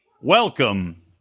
welcome